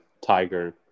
tiger